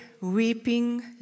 weeping